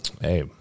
Hey